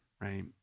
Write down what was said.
right